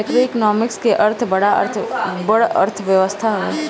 macroeconomics के अर्थ बड़ अर्थव्यवस्था हवे